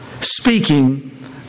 speaking